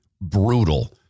brutal